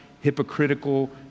hypocritical